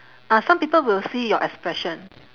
ah some people will see your expression